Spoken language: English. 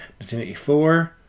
1984